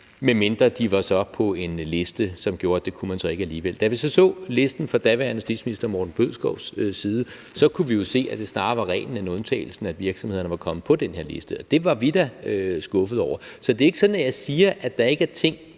medmindre de var på en liste, som gjorde, at det kunne man så alligevel ikke. Da vi så listen fra daværende justitsminister Morten Bødskovs side, kunne vi jo se, at det snarere var reglen end undtagelsen, at virksomhederne var kommet på den her liste, og det var vi da skuffede over. Så det er ikke sådan, at jeg siger, at der ikke er ting,